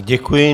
Děkuji.